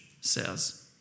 says